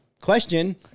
question